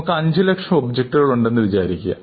നമുക്ക് അഞ്ചു ലക്ഷം ഒബ്ജക്റ്റകൾ ഉണ്ട് എന്ന് വിചാരിക്കാം